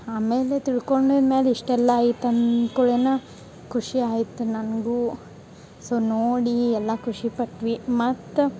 ಆಮೇಲೆ ತಿಳ್ಕೊಂಡಿದ್ಮ್ಯಾಲ ಇಷ್ಟೆಲ್ಲ ಆಯ್ತು ಅನ್ ಕುಳೆನ ಖುಷಿ ಆಯ್ತ ನನಗೂ ಸೊ ನೋಡಿ ಎಲ್ಲ ಖುಷಿಪಟ್ವಿ ಮತ್ತೆ